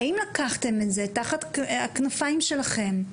האם לקחתם את זה תחת הכנפיים שלכם?